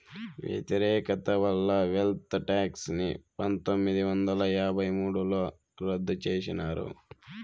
వ్యతిరేకత వల్ల wealth tax ని పందొమ్మిది వందల యాభై మూడుల రద్దు చేసినారు